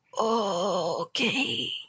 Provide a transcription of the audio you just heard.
Okay